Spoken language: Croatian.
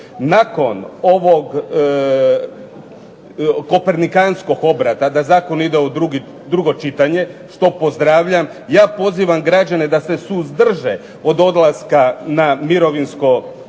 Nakon ovog opernikanskog obrata da Zakon ide u drugo čitanje, što pozdravljam, ja pozivam građane da se suzdrže od odlaska na mirovinsko to